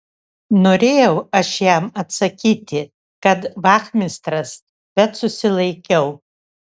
norėjau aš jam atsakyti kad vachmistras bet susilaikiau